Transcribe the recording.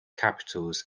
capitals